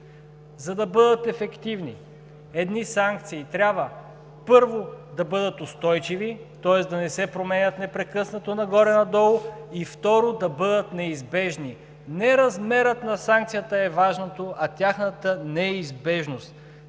За да бъдат ефективни едни санкции, трябва, първо, да бъдат устойчиви, тоест да не се променят непрекъснато нагоре – надолу и, второ, да бъдат неизбежни. Не размерът на санкцията е важен, а тяхната неизбежност.